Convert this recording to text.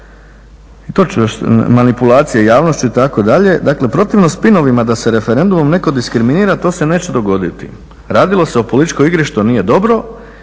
manipulacije javnošću itd., dakle protivno spinovima da se referendumom netko diskriminira, to se neće dogoditi. Radilo se o političkoj igri što nije dobro